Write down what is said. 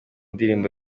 ndirimbo